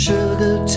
Sugar